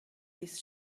his